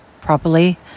properly